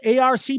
ARC